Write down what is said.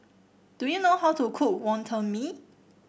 do you know how to cook Wonton Mee